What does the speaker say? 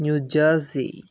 new jersey